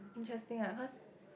interesting lah because